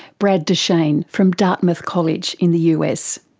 brad duchaine from dartmouth college in the us.